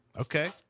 Okay